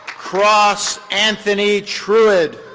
cross anthony truid.